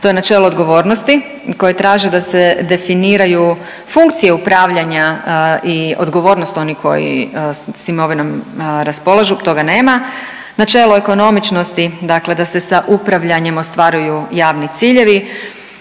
to je načelo odgovornosti koje traži da se definiraju funkcije upravljanja i odgovornost onih koji s imovinom raspolažu, toga nema. Načelo ekonomičnosti, dakle da se sa upravljanjem ostvaruju javni ciljevi.